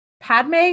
Padme